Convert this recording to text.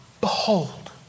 Behold